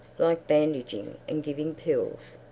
like bandaging and giving pills.